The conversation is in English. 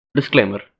Disclaimer